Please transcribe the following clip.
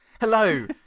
Hello